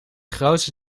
grootste